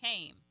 came